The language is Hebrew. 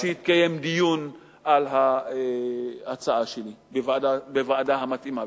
שיתקיים דיון על ההצעה שלי בוועדה המתאימה,